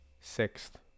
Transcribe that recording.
sixth